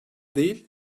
değil